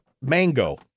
mango